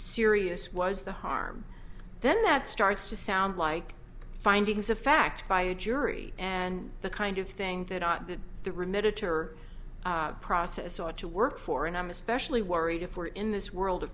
serious was the harm then that starts to sound like findings of fact by a jury and the kind of thing that the remit iter process ought to work for and i'm especially worried if we are in this world